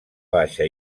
baixa